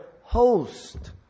host